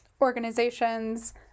organizations